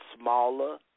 smaller